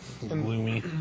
gloomy